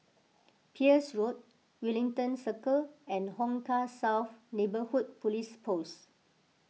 Peirce Road Wellington Circle and Hong Kah South Neighbourhood Police Post